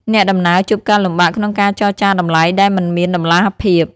អ្នកដំណើរជួបការលំបាកក្នុងការចរចាតម្លៃដែលមិនមានតម្លាភាព។